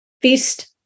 feast